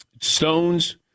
Stones